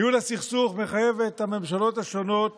ניהול הסכסוך מחייב את הממשלות השונות